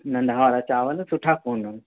नंढा वारा चावल सुठा कोन्हनि